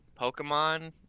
Pokemon